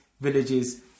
villages